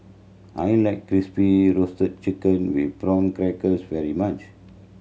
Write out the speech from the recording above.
I like Crispy Roasted Chicken with Prawn Crackers very much